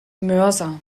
mörser